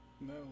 No